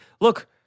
look